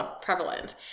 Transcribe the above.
prevalent